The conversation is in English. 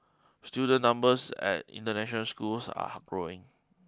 student numbers at international schools are growing